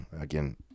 again